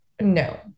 No